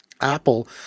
Apple